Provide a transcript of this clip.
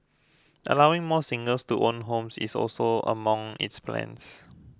allowing more singles to own homes is also among its plans